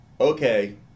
okay